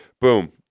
boom